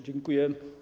Dziękuję.